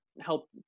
help